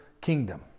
kingdom